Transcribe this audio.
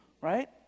right